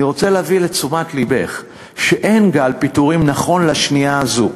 אני רוצה להביא לתשומת לבך שאין גל פיטורים נכון לשנייה הזאת.